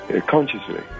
Consciously